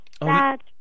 Dad